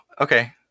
Okay